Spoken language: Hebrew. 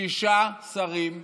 שישה שרים,